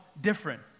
different